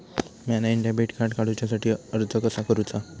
म्या नईन debit card काडुच्या साठी अर्ज कसा करूचा?